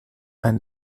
ein